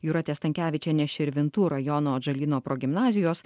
jūrate stankevičiene širvintų rajono atžalyno progimnazijos